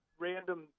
random